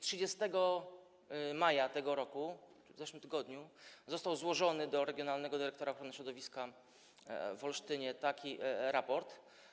30 maja tego roku, w zeszłym tygodniu, został złożony do regionalnego dyrektora ochrony środowiska w Olsztynie taki raport.